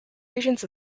regions